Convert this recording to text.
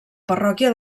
parròquia